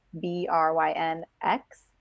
B-R-Y-N-X